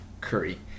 Curry